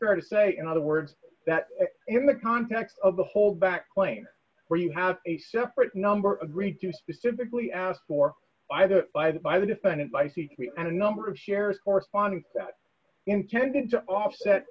fair to say in other words that in the context of the whole backplanes where you have a separate number agreed do specifically asked for either by the by the defendant by c three and a number of shares corresponding that's intended to offset